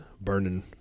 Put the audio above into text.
burning